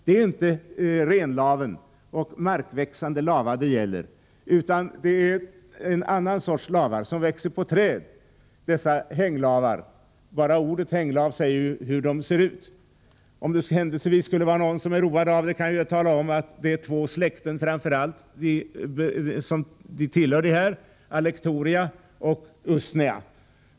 Det är inte renlaven eller andra markväxande lavar det gäller, utan det är fråga om en annan sorts lavar, som växer på träd. Bara ordet ”hänglavar” säger ju hur de ser ut. Om det händelsevis skulle vara någon som är road av det kan jag tala om att det framför allt är två släkten som dessa lavar tillhör, nämligen Alectoria och Usnea.